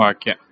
Okay